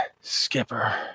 skipper